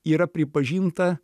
yra pripažinta